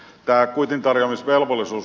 tämä kuitintarjoamisvelvollisuus